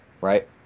Right